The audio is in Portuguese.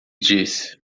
disse